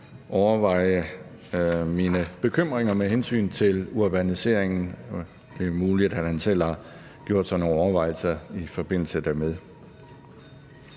overveje mine bekymringer med hensyn til urbaniseringen, og det er muligt, at han selv har gjort sig nogle overvejelser i forbindelse dermed.